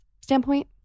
standpoint